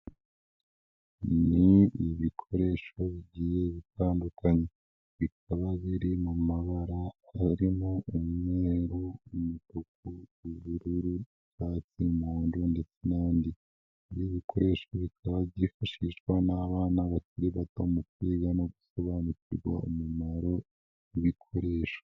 Ni ibikoresho bigiye bitandukanye bikaba biri mu mabara harimo umweruru, umutuku, ubururu, icyatsi, n'umuhondo ndetse n'andi ni ibikoresho bikaba byifashishwa n'abana bakiri bato mu kwiga no gusobanukirwa umumaro w'ibikoresho.